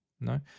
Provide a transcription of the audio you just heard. No